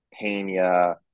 Pena